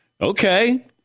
Okay